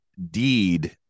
deed